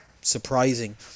surprising